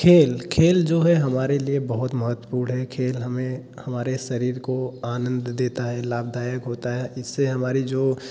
खेल खेल जो है हमारे लिए बहुत महत्वपूर्ण है खेल हमें हमारे शरीर को आनंद देता है लाभदायक होता है इससे हमारे जो